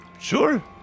Sure